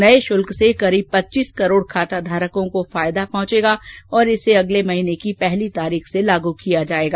नये शुल्क से लगभग पच्चीस करोड़ खाताधारकों को फायदा पहुंचेगा और इसे अगले महीने की पहली तारीख से लागू किया जाएगा